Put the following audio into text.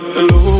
Hello